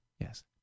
Yes